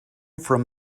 from